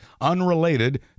unrelated